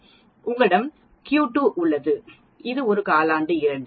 உங்களிடம் ஒரு Q2 உள்ளது இது ஒரு காலாண்டு 2